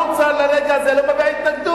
האוצר, נכון לרגע זה לא מביע התנגדות,